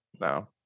No